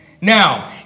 Now